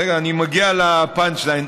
רגע, אני מגיע ל-punch line.